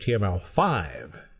HTML5